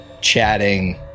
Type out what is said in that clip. chatting